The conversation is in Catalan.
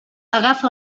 agafa